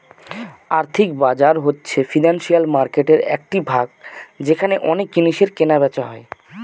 আর্থিক বাজার হচ্ছে ফিনান্সিয়াল মার্কেটের একটি ভাগ যেখানে অনেক জিনিসের কেনা বেচা হয়